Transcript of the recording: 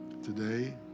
Today